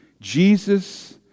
Jesus